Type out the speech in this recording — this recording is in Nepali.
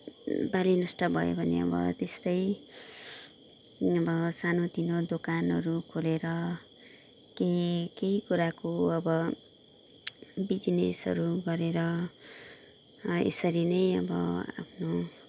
बाली नष्ट भयो भने अब त्यस्तै अब सानोतिनो दोकानहरू खोलेर के केही कुराको अब बिजिनेसहरू गरेर यसरी नै अब आफ्नो